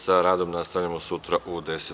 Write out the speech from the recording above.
Sa radom nastavljamo sutra u 10.